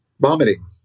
vomiting